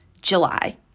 July